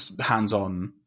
hands-on